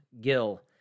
Gill